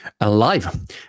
Alive